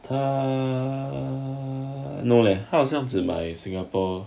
他 err no leh 好像只买 singapore